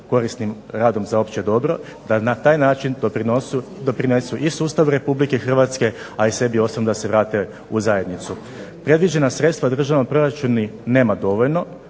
korisnim radom za opće dobro da na taj način doprinesu i sustavu RH, a i sebi osobno da se vrate u zajednicu. Predviđena sredstva državnog proračuna nema dovoljno.